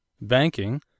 banking